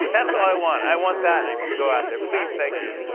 that's all i want. i want that to go out there. please, thank you.